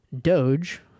Doge